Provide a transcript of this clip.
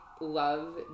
love